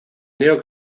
neo